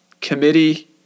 committee